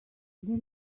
they